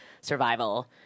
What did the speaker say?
survival